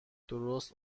درست